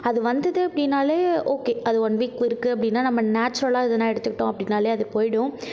அது வந்தது அப்படின்னாலே ஓகே அது ஒன் வீக் இருக்கு அப்படின்னா நம்ம நேச்சுரலாக எதுனா எடுத்துக்கிட்டோம் அப்படின்னாலே அது போய்டும்